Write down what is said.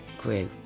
grew